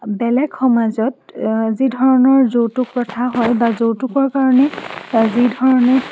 বেলেগ সমাজত যিধৰণৰ যৌতুক প্ৰথা হয় বা যৌতুকৰ কাৰণে যিধৰণে